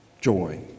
joy